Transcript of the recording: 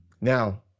Now